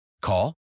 Call